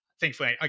Thankfully